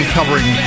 Covering